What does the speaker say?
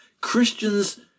christians